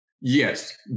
Yes